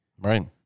Right